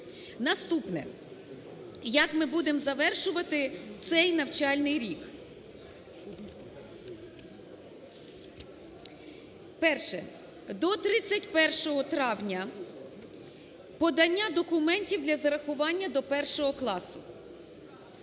Наступне. Як ми будемо завершувати цей навчальний рік. Перше. До 31 травня подання документів для зарахування до 1-го класу.